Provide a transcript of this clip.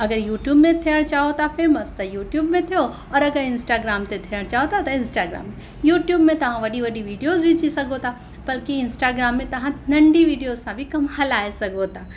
अगरि यूट्यूब में थियणु चाहियो था फेमस त यूट्यूब में थियो औरि अगरि इंस्टाग्राम ते थियणु चाहियो था त इंस्टाग्राम यूट्यूब में तां वॾी वॾी वीडियोस विझी सघो था बल्कि इंस्टाग्राम में तव्हां नंढी वीडियोस सां बि कमु हलाए सघो था